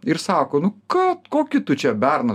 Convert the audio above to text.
ir sako nu ką kokį tu čia berną